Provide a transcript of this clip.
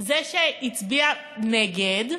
זה שהצביע נגד,